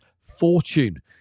fortune